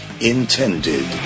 intended